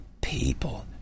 people